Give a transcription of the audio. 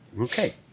Okay